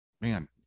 man